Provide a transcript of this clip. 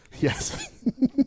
yes